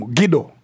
Guido